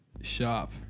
shop